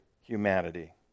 humanity